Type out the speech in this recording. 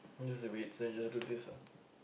just the weights then you just do this ah